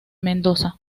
mendoza